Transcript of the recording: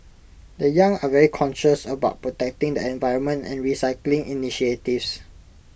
the young are very conscious about protecting the environment and recycling initiatives